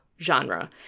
genre